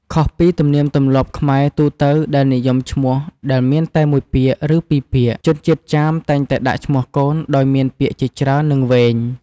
ខុសពីទំនៀមទម្លាប់ខ្មែរទូទៅដែលនិយមឈ្មោះដែលមានតែមួយពាក្យ ឬពីរពាក្យ ជនជាតិចាមតែងតែដាក់ឈ្មោះកូនដោយមានពាក្យជាច្រើន និងវែង។